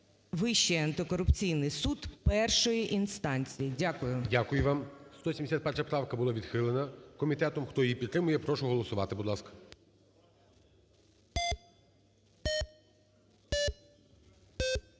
Вищий антикорупційний суд першої інстанції. Дякую. ГОЛОВУЮЧИЙ. Дякую вам. 171 правка була відхилена комітетом. Хто її підтримує, прошу голосувати, будь ласка.